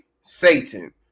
Satan